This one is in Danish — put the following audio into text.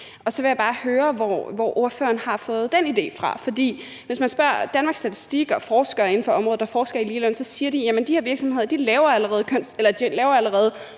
Så vil jeg bare høre, hvor ordføreren har fået den idé fra, for hvis man spørger Danmarks Statistik og forskere inden for området, der forsker i ligeløn, siger de, at de her virksomheder allerede laver